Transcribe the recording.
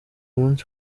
munsi